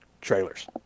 trailers